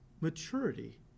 maturity